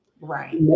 Right